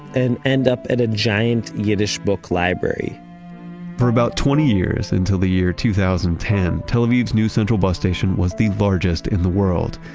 and end up at a giant yiddish book library for about twenty years until the year two thousand and ten, tel aviv's new central bus station was the largest in the world.